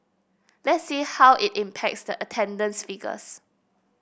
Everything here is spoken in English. let's see how it impacts the attendance figures